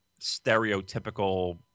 stereotypical